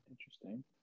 Interesting